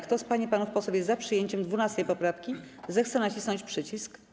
Kto z pań i panów posłów jest za przyjęciem 12. poprawki, zechce nacisnąć przycisk.